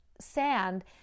sand